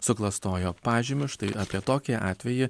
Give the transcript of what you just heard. suklastojo pažymius štai apie tokį atvejį